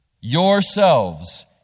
yourselves